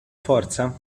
forza